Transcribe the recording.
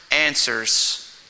answers